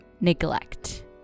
neglect